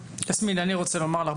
יסמין אני רוצה לומר לך,